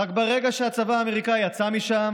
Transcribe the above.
וברגע שהצבא האמריקאי יצא משם